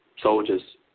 soldiers